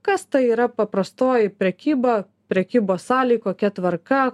kas tai yra paprastoji prekyba prekybos salėj kokia tvarka